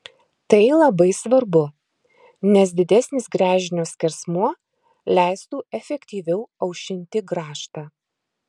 tai labai svarbu nes didesnis gręžinio skersmuo leistų efektyviau aušinti grąžtą